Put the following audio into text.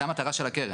זאת המטרה של הקרן.